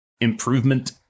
improvement